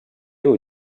aux